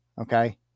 Okay